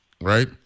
right